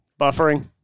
Buffering